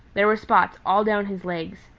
there were spots all down his legs.